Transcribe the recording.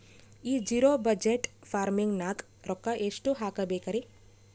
ಈ zero budget farming ನಾಗ್ ರೊಕ್ಕ ಎಷ್ಟು ಹಾಕಬೇಕರಿ?